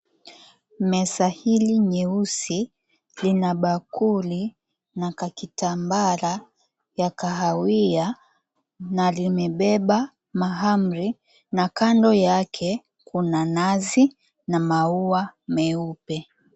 Meza hili nyeusi, lina bakuli na kakitambara ya kahawia na limebeba mahamri na kando yake kuna nazi na maua meupe.